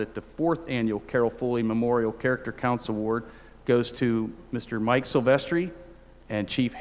that the fourth annual carol foley memorial character counts award goes to mr mike sylvester and ch